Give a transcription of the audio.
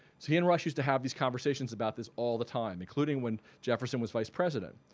so he and rush used to have these conversations about this all the time including when jefferson was vice president.